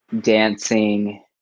dancing